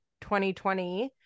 2020